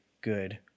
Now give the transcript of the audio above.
good